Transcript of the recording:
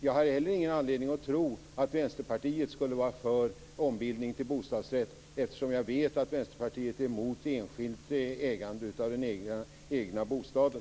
Jag har heller ingen anledning att tro att Vänsterpartiet skulle vara för ombildning till bostadsrätt, eftersom jag vet att Vänsterpartiet är mot enskilt ägande av den egna bostaden.